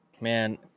Man